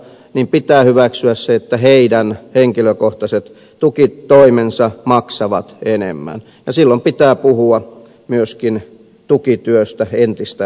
ne pitää hyväksyä kuutisenkymmentätuhatta että heidän henkilökohtaiset tukitoimensa maksavat enemmän ja silloin pitää puhua myöskin tukityöstä entistä useammin